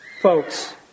folks